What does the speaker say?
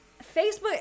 Facebook